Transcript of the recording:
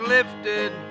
Lifted